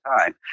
time